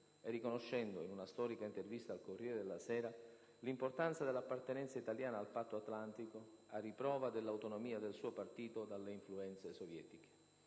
e riconoscendo, in una storica intervista al «Corriere della Sera», l'importanza dell'appartenenza italiana al Patto Atlantico, a riprova dell'autonomia del suo partito dalle influenze sovietiche.